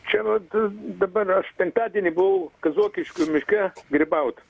čia vat dabar aš penktadienį buvau kazokiškių miške grybaut